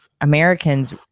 Americans